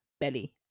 belly